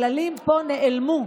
הכללים פה נעלמו,